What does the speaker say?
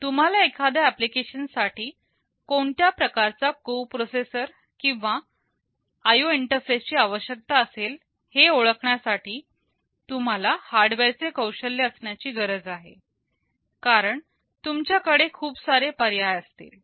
तुम्हाला एखाद्या ऍप्लिकेशन साठी कोणत्या प्रकारचा कोप्रोसेसर किंवा आयो इंटरफेस ची आवश्यकता असेल हे ओळखण्यासाठी तुम्हाला हार्डवेअर चे कौशल्य असण्याची गरज आहे कारण तुमच्याकडे खूप सारे पर्याय असतील